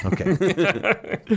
Okay